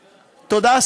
תודה.